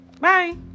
Bye